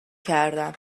کردم